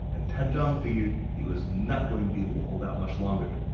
and pan zhang figured he was not going to be able to hold out much longer,